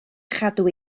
chadw